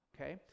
okay